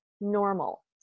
normal